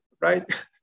right